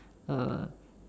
err